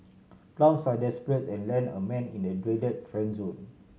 clowns are desperate and land a man in the dreaded friend zone